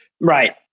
Right